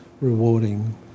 rewarding